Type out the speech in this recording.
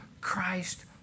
Christ